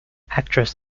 actress